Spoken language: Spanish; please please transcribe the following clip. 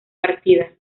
partida